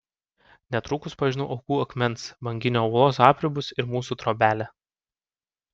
netrukus pažinau aukų akmens banginio uolos apribus ir mūsų trobelę